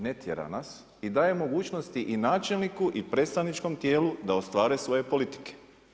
Ne tjera nas i daje mogućnosti i načelniku i predstavničkom tijelu da ostvare svoje politike.